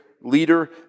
leader